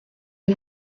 you